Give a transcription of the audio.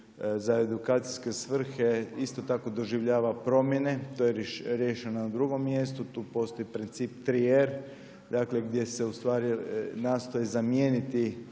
za edukacijske svrhe isto tako doživljava promjene, to je riješeno na drugom mjestu. Tu postoji princip 3R, dakle gdje se u stvari nastoji zamijeniti